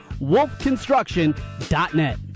wolfconstruction.net